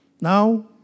Now